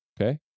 Okay